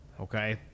okay